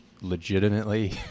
legitimately